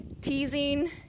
teasing